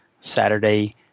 Saturday